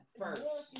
first